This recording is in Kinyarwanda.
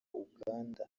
uganda